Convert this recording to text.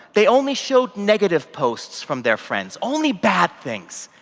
they only showed negative posts from their friends, only bad things.